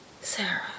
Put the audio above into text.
Sarah